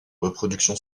reproduction